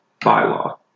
bylaw